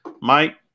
Mike